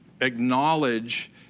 acknowledge